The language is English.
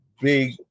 big